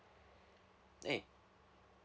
amy